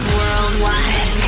worldwide